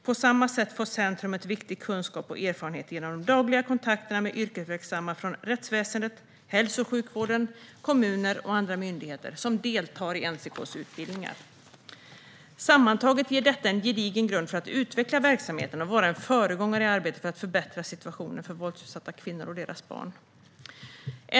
På samma sätt får centrumet viktig kunskap och erfarenhet genom de dagliga kontakterna med yrkesverksamma från rättsväsendet, hälso och sjukvården, kommuner och andra myndigheter som deltar i NCK:s utbildningar. Sammantaget ger detta en gedigen grund för att utveckla verksamheten och vara en föregångare i arbetet för att förbättra situationen för våldsutsatta kvinnor och deras barn.